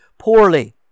poorly